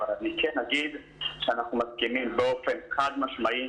אבל אני כן אגיד שאנחנו מסכימים באופן חד-משמעי